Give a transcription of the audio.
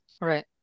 Right